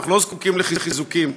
ואנחנו לא זקוקים לחיזוקים.